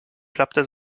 klappte